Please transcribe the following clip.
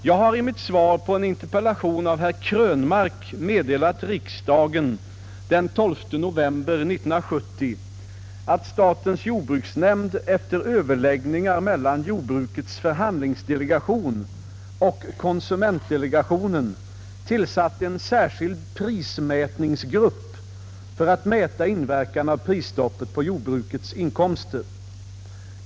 Jag har i mitt svar på en interpellation av herr Krönmark meddelat riksdagen den 12 november 1970 att statens jordbruksnämnd efter överläggningar mellan jordbrukets förhandlingsdelegation och konsumentdelegationen tillsatt en särskild prismätningsgrupp för att mäta inverkan av prisstoppet på jordbrukets inkomster.